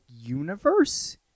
universe